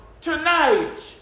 tonight